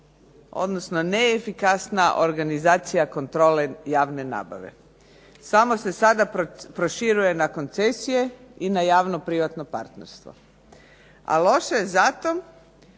odnosno neefikasna organizacija kontrole javne nabave, samo se sada proširuje na koncesije i na javno-privatno partnerstvo, a loše je zato